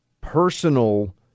personal